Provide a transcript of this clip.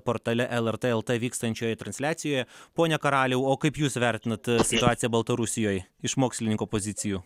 portale lrt lt vykstančioje transliacijoje pone karaliau o kaip jūs vertinat situaciją baltarusijoj iš mokslininko pozicijų